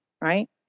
right